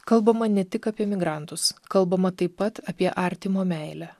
kalbama ne tik apie migrantus kalbama taip pat apie artimo meilę